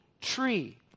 tree